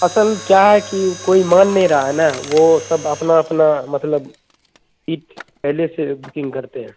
اصل کیا ہے کہ کوئی مان نہیں رہا ہے نا وہ سب اپنا اپنا مطلب سیٹ پہلے سے بکنگ کرتے ہیں